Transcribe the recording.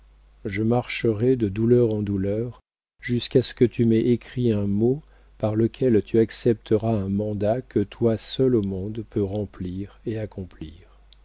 je marcherai de douleur en douleur jusqu'à ce que tu m'aies écrit un mot par lequel tu accepteras un mandat que toi seul au monde peux remplir et accomplir